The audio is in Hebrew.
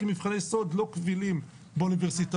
כי מבחני סולד לא קבילים באוניברסיטאות,